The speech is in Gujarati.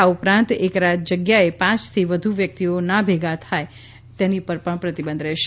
આ ઉપરાંત એક જગ્યાએ પાંચથી વધુ વ્યક્તિઓના ભેગા થવા પર પ્રતિબંધ રહેશે